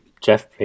Jeff